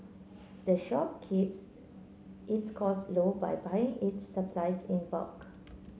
the shop keeps its cost low by buying its supplies in bulk